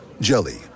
jelly